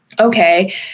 okay